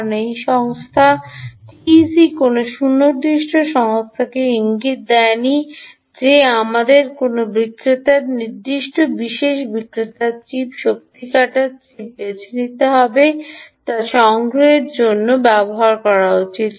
কারণ এই সংস্থা টিইসি কোনও সুনির্দিষ্ট সংস্থাকে ইঙ্গিত দেয়নি যে আমাদের যে কোনও বিক্রেতার নির্দিষ্ট বিশেষ বিক্রেতার চিপ শক্তি কাটার চিপ বেছে নিতে হবে তা সংগ্রহের জন্য ব্যবহার করা উচিত